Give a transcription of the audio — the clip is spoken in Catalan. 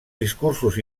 discursos